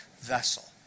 vessel